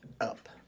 up